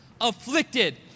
Afflicted